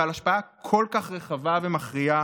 בעל השפעה כל כך רחבה ומכריעה,